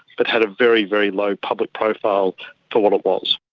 but had a very, very low public profile for what it was.